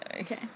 okay